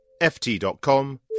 ft.com